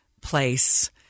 place